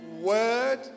word